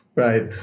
Right